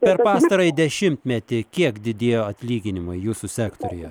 per pastarąjį dešimmetį kiek didėjo atlyginimai jūsų sektoriuje